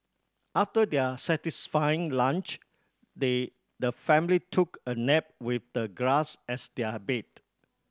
after their satisfying lunch they the family took a nap with the grass as their bed